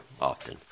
often